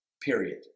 period